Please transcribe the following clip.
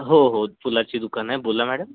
हो हो फुलाची दुकान आहे बोला मॅडम